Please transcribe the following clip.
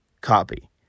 copy